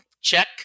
check